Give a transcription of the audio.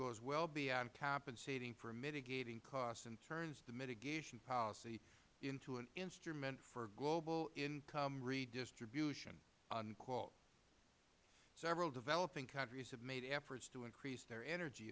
goes well beyond compensating for mitigating costs and turns the mitigation policy into an instrument for global income redistribution unquote several developing countries have made effort to increase their energy